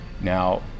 Now